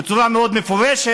בצורה מאוד מפורשת.